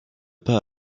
pas